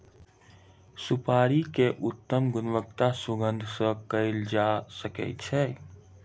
सुपाड़ी के उत्तम गुणवत्ता सुगंध सॅ कयल जा सकै छै